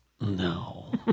no